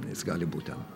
jis gali būt ten